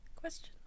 Question